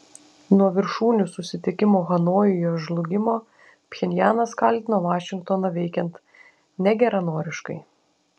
nuo viršūnių susitikimo hanojuje žlugimo pchenjanas kaltino vašingtoną veikiant negeranoriškai